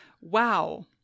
Wow